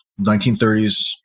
1930s